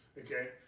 Okay